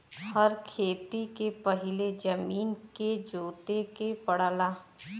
हर खेती के पहिले जमीन के जोते के पड़ला